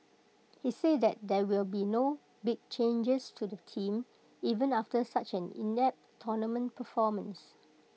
he said that there will be no big changes to the team even after such an inept tournament performance